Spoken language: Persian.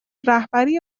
رهبری